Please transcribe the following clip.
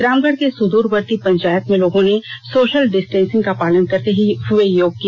रामगढ़ के सुदूरवर्ती पंचायत में लोगों ने सोशल डिस्टेंसिंग का पालन करते हुए योग किया